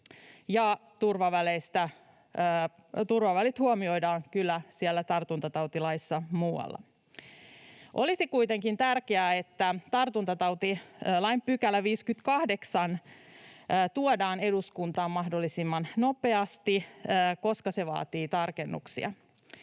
turvavälit huomioidaan kyllä siellä tartuntatautilaissa muualla. Olisi kuitenkin tärkeää, että tartuntatautilain 58 § tuodaan eduskuntaan mahdollisimman nopeasti, koska se vaatii tarkennuksia.